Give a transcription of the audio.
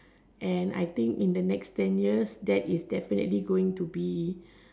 and I think in the next ten years that is definitely going to be